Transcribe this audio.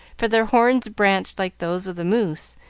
for their horns branched like those of the moose,